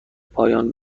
پایان